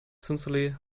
sincerely